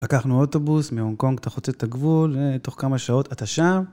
לקחנו אוטובוס מהונגקונג 'תה חוצה את הגבול, תוך כמה שעות אתה שם.